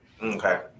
Okay